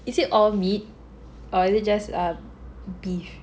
is it all meat or is it just err beef